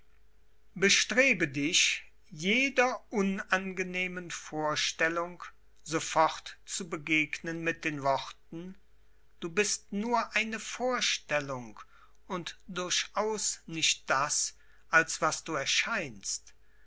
bestrebe dich jeder unangenehmen vorstellung sofort zu begegnen mit den worten du bist nur eine vorstellung und durchaus nicht das als was du erscheinst